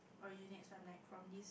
originates from like from this